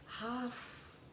half